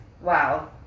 wow